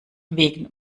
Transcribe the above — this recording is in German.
wegen